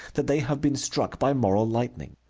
that they have been struck by moral lightning.